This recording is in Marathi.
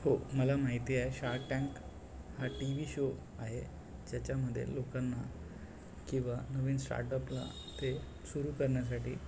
हो मला माहिती आहे शार्क टँक हा टी व्ही शो आहे त्याच्यामध्ये लोकांना किंवा नवीन स्टार्ट अपला ते सुरु करण्यासाठी